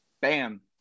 bam